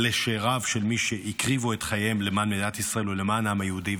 לשאיריהם של מי שהקריבו את חייהם למען מדינת ישראל ולמען העם היהודי.